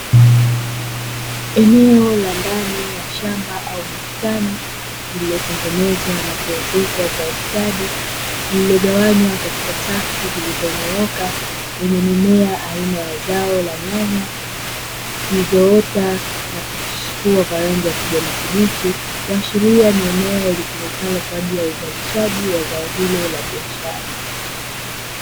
Eneo la ndani ya shamba au bustani iliyotengenezwa na kuezekwa kwa ustadi, lililogawanywa katika safu zilizonyooka zenye mimea aina ya zao la nyanya, zilizoota na kuchipua kwa rangi ya kijani kibichi kuashiria ni eneo litumikalo kwa ajili ya uzalishaji wa zao hilo la biashara.